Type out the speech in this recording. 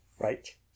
Right